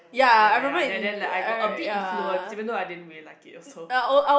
ya ya then then I got a bit influenced even though I didn't really like it also